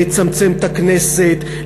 לצמצם את הכנסת,